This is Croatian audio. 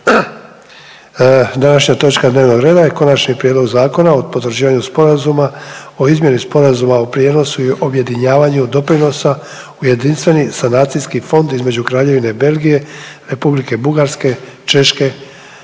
Današnja točka dnevnog reda je: - Konačni prijedlog Zakona o potvrđivanju sporazuma o izmjeni sporazuma o prijenosu i objedinjavanju doprinosa u Jedinstveni sanacijski fond između Kraljevine Belgije, Republike Bugarske, Češke